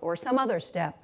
or some other step,